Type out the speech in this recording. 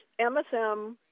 MSM